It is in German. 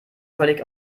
völlig